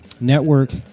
network